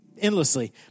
endlessly